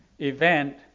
event